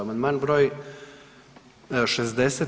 Amandman broj 60.